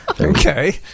Okay